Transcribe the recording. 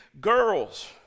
girls